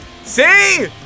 See